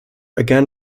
again